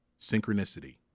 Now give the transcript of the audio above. Synchronicity